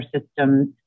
systems